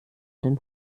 den